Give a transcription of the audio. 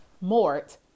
Mort